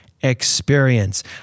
experience